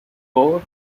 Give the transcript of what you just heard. board